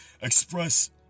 express